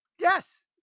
yes